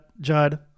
Judd